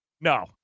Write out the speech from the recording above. No